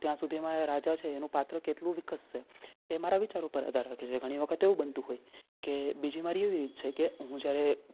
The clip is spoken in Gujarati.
ત્યાં સુધી એ રાજા છે એનું પાત્ર કેટલું વિકસશે એ મારા વિચાર પર આધાર રાખે છે ઘણી વખત એવું પણ બનતું હોય બીજી મારી એ રીત છે કે હું જ્યારે